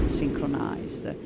synchronized